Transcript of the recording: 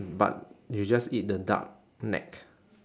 but they just eat the duck neck